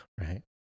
right